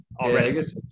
already